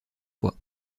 fois